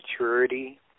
maturity